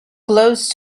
close